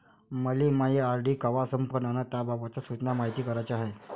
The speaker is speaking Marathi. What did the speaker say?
मले मायी आर.डी कवा संपन अन त्याबाबतच्या सूचना मायती कराच्या हाय